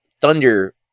thunder